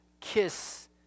kiss